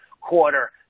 quarter